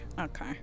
Okay